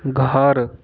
घर